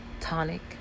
Tonic